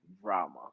drama